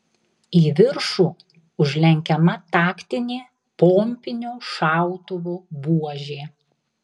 į viršų užlenkiama taktinė pompinio šautuvo buožė